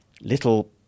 little